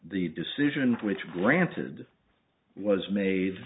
the decision which granted was made